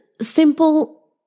simple